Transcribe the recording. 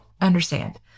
understand